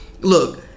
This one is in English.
look